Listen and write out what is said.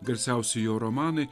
garsiausi jo romanai